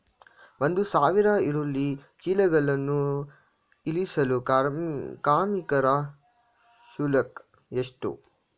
ಒಂದು ಸಾವಿರ ಈರುಳ್ಳಿ ಚೀಲಗಳನ್ನು ಇಳಿಸಲು ಕಾರ್ಮಿಕರ ಶುಲ್ಕ ಎಷ್ಟು?